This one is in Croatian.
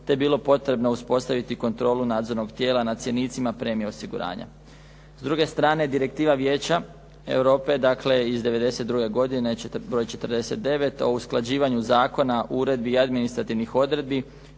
je bilo potrebno uspostaviti kontrolu nadzornog tijela na cjenicima premije osiguranja. S druge strane direktiva Vijeća europe dakle iz '92. godine broj 49 o usklađivanju zakona uredbi i administrativnih odredbi